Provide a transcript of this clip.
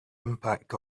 impact